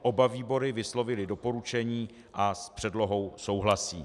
Oba výbory vyslovily doporučení a s předlohou souhlasí.